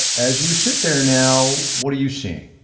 as you sit there now, what are you seeing?